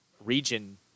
region